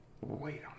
wait